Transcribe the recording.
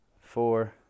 four